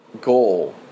goal